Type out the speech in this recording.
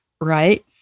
right